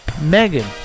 Megan